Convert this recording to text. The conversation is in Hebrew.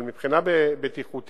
אבל מבחינה בטיחותית,